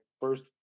first